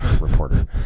reporter